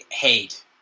hate